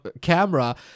camera